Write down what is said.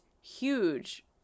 huge